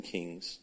Kings